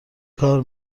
کار